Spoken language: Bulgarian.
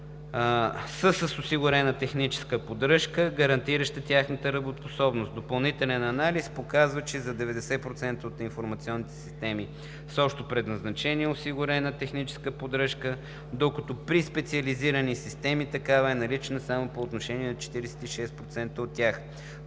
с осигурена техническа поддръжка, гарантираща тяхната работоспособност. Допълнителният анализ показва, че за 90% от информационните системи с общо предназначение е осигурена техническа поддръжка, докато при специализираните системи такава е налична само по отношение на 46% от тях.